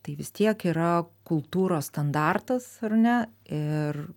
tai vis tiek yra kultūros standartas ar ne ir